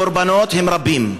הקורבנות הם רבים,